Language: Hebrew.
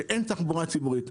שאין תחבורה ציבורית.